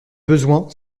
besoin